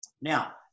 Now